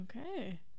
Okay